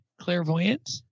Clairvoyant